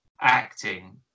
acting